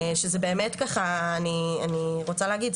שזה באמת ככה אני רוצה להגיד,